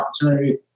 opportunity